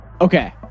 Okay